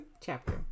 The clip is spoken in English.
chapter